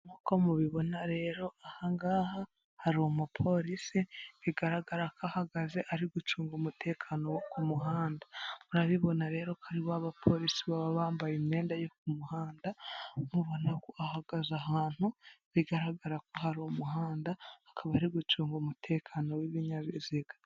Nk'uko mubibona rero aha ngaha hari umupolisi bigaragara ko ahagaze ari gucunga umutekano wo ku muhanda. Murabibona rero ko ari ba bapolisi baba bambaye imyenda yo ku muhanda, mubona ko ahagaze ahantu, bigaragara ko hari umuhanda, akaba ari gucunga umutekano w'ibinyabiziga.